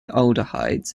aldehydes